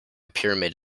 pyramid